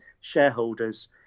shareholders